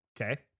Okay